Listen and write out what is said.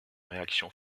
réaction